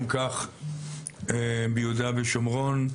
אם כך יהודה ושומרון.